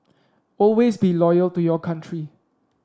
always be loyal to your country